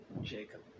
Jacob